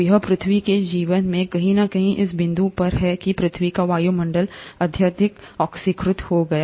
तो यह पृथ्वी के जीवन में कहीं न कहीं इस बिंदु पर है कि पृथ्वी का वायुमंडल अत्यधिक ऑक्सीकृत हो गया